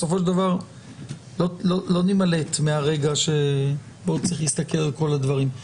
בסופו של דבר לא נימלט מהרגע שבו צריך להסתכל על כל הדברים.